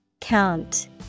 Count